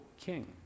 king